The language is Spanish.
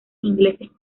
ingleses